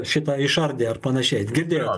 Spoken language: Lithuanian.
šitą išardė ar panašiai girdėjot